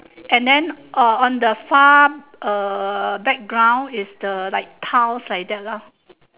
and then uh on the far uh background it's the like tiles like that lah